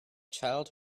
child